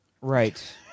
right